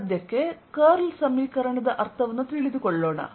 ಸದ್ಯಕ್ಕೆ ಕರ್ಲ್ ಸಮೀಕರಣದ ಅರ್ಥವನ್ನು ತಿಳಿದುಕೊಳ್ಳೋಣ